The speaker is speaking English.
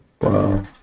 wow